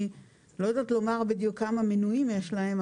אני לא יודעת לומר בדיוק כמה מנויים יש להן,